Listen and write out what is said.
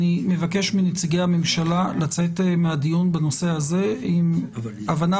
אני מבקש מנציגי הממשלה לצאת מהדיון בנושא הזה עם הבנה